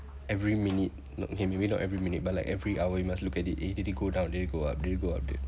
every minute okay maybe not every minute but like every hour you must look at it eh did it go down did it go up did it go up